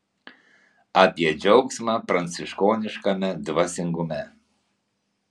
apie džiaugsmą pranciškoniškame dvasingume